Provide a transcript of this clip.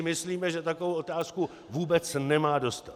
Myslíme si, že takovou otázku vůbec nemá dostat.